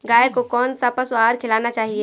गाय को कौन सा पशु आहार खिलाना चाहिए?